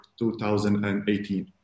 2018